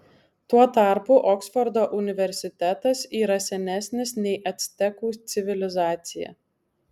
tuo tarpu oksfordo universitetas yra senesnis nei actekų civilizacija